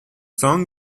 song